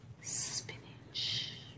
spinach